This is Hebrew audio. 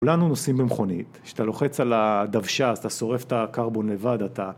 כולנו נוסעים במכונית, כשאתה לוחץ על הדוושה אז אתה שורף את הקרבון לבד אתה